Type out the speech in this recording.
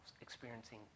experiencing